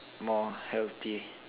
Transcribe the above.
more healthy